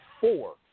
four